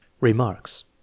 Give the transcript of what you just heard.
remarks